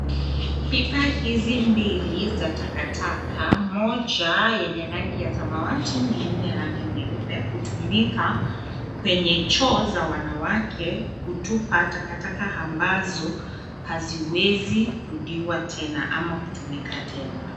Pipa hizi mbili za taka taka moja yenye rangi ya samawati na nyingine ya rangi nyeupe hutumika kwenye choo za wanawake kutupa taka taka ambazo haziwezi rudiwa tena ama kutumika tena.